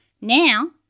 Now